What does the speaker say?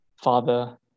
Father